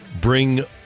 bring